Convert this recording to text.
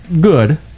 good